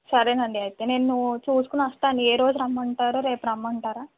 సరేనండి అయితే నేను చూసుకుని వస్తాను ఏ రోజు రమ్మంటారు రేపు రమ్మంటారా